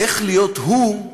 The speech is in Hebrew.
איך להיות הוא,